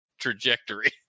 trajectory